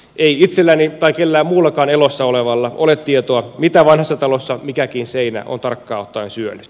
ei itselläni tai kellään muullakaan elossa olevalla ole tietoa mitä vanhassa talossa mikäkin seinä on tarkkaan ottaen syönyt